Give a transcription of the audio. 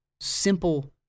simple